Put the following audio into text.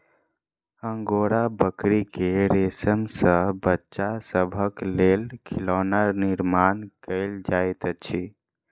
angora बकरी के रेशम सॅ बच्चा सभक लेल खिलौना निर्माण कयल जाइत अछि